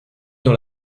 dans